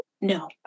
No